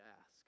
ask